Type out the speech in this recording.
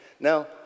Now